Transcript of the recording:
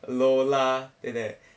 lor lah like that